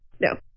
no